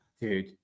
dude